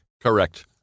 Correct